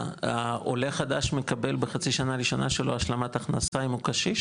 העולה החדש מקבל בחצי השנה הראשונה שלו השלמת הכנסה אם הוא קשיש?